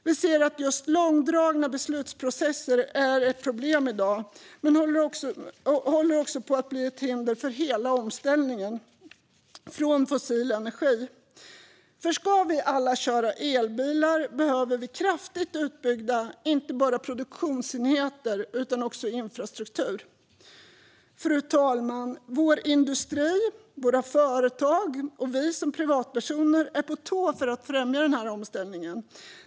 Vi ser att just långdragna beslutsprocesser är ett problem i dag men också håller på att bli ett hinder för hela omställningen från fossil energi. Ska vi alla köra elbilar behövs nämligen inte bara kraftigt utbyggda produktionsenheter utan också kraftigt utbyggd infrastruktur. Fru talman! Vår industri, våra företag och vi som privatpersoner är på tå för att främja omställningen.